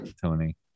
Tony